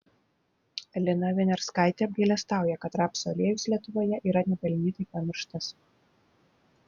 lina viniarskaitė apgailestauja kad rapsų aliejus lietuvoje yra nepelnytai pamirštas